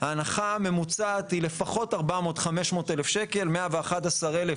ההנחה הממוצעת היא לפחות 400-500 אלף שקל, 111,000